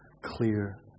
clear